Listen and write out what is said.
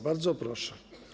Bardzo proszę.